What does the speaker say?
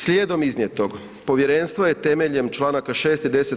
Slijedom iznijetog, povjerenstvo je temeljem Članaka 6. i 10.